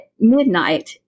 midnight